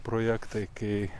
projektai kai